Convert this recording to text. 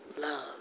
love